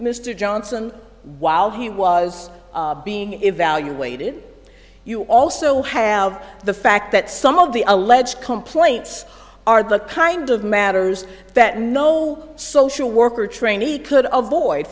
mr johnson while he was being evaluated you also have the fact that some of the alleged complaints are the kind of matters that no social worker trainee could avoid